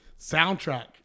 soundtrack